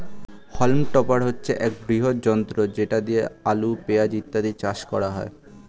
হল্ম topper হচ্ছে একটি বৃহৎ যন্ত্র যেটা দিয়ে আলু, পেঁয়াজ ইত্যাদি চাষ করা হয়